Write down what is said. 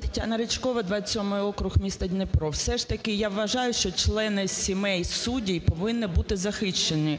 Тетяна Ричкова, 27 округ, місто Дніпро. Все ж таки, я вважаю, що члени сімей суддів повинні бути захищені